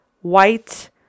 white